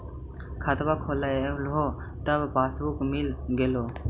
खतवा खोलैलहो तव पसबुकवा मिल गेलो?